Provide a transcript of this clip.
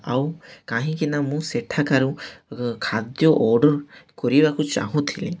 ଆଉ କାହିଁକି ନା ମୁଁ ସେଠାକାରୁ ଖାଦ୍ୟ ଅର୍ଡ଼ର୍ କରିବାକୁ ଚାହୁଁଥିଲି